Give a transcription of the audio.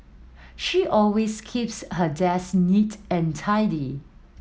she always keeps her desk neat and tidy